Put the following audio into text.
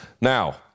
now